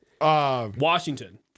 Washington